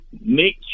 make